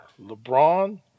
LeBron